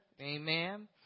Amen